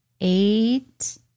Eight